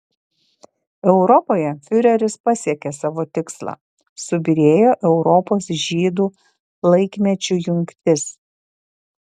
europoje fiureris pasiekė savo tikslą subyrėjo europos žydų laikmečių jungtis